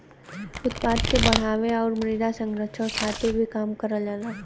उत्पादन के बढ़ावे आउर मृदा संरक्षण खातिर भी काम करल जाला